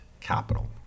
capital